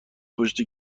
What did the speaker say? پشت